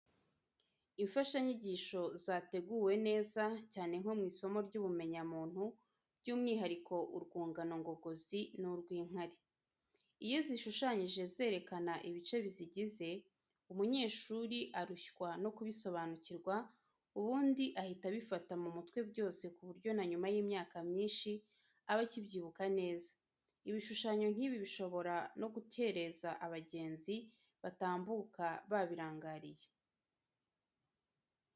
Imfashanyigisho zateguwe neza, cyane nko mu isomo ry'ubumenyamuntu, by'umwihariko urwungano ngogozi n'urw'inkari. Iyo zishushanyije zerekana ibice bizigize, umunyeshuri arushywa no kubisobanukirwa, ubundi ahita abifata mu mutwe byose ku buryo na nyuma y'imyaka myinshi aba akibyibuka neza. Ibishushanyo nk'ibi bishobora no gukereza abagenzi batambuka babirangariye.